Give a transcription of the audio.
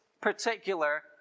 particular